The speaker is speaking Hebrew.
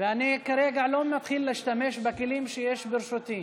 ואני כרגע לא מתחיל להשתמש בכלים שיש ברשותי.